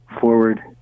forward